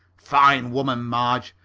fine woman, marge,